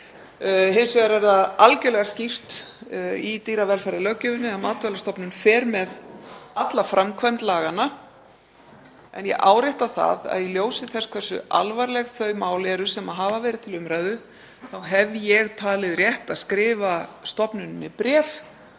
vegar er það algerlega skýrt í dýravelferðarlöggjöfinni að Matvælastofnun fer með alla framkvæmd laganna. En ég árétta það að í ljósi þess hversu alvarleg þau mál eru sem hafa verið til umræðu þá hef ég talið rétt að skrifa stofnuninni bréf